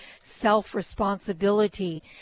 self-responsibility